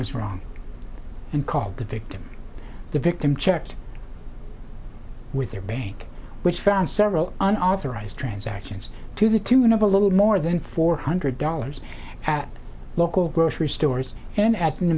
was wrong and called the victim the victim checked with their bank which found several an authorised transactions to the tune of a little more than four hundred dollars at local grocery stores and